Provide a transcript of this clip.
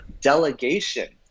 delegation